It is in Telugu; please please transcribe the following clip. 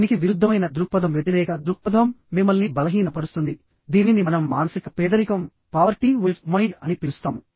దీనికి విరుద్ధమైన దృక్పథం వ్యతిరేక దృక్పథం మిమ్మల్ని బలహీనపరుస్తుంది దీనిని మనం మానసిక పేదరికం అని పిలుస్తాము